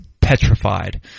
petrified